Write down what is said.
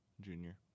junior